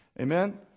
Amen